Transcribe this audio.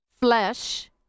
flesh